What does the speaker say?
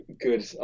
good